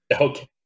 Okay